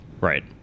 Right